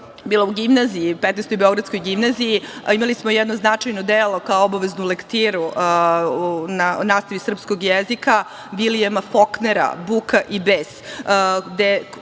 bila u gimnaziji, XV beogradskoj gimnaziji, imali smo jedno značajno delo kao obaveznu lektiru na nastavi srpskog jezika, Vilijama Foknera „Buka i bes“,